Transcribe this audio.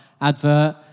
advert